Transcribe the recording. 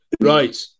Right